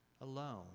alone